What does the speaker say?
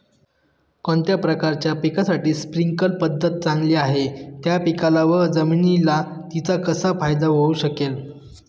कोणत्या प्रकारच्या पिकासाठी स्प्रिंकल पद्धत चांगली आहे? त्या पिकाला व जमिनीला तिचा कसा फायदा होऊ शकेल?